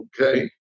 okay